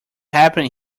happen